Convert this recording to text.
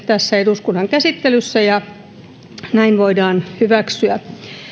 tässä eduskunnan käsittelyssä ja näin ne voidaan hyväksyä